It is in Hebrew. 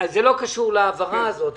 זה לא קשור להעברה הזאת,